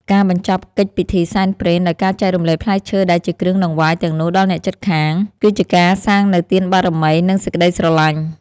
ការបញ្ចប់កិច្ចពិធីសែនព្រេនដោយការចែករំលែកផ្លែឈើដែលជាគ្រឿងដង្វាយទាំងនោះដល់អ្នកជិតខាង គឺជាការសាងនូវទានបារមី និងសេចក្តីស្រឡាញ់។